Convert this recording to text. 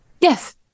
Yes